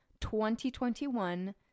2021